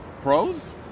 Pros